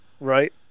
Right